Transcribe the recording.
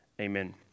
Amen